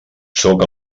sóc